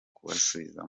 kubasubiza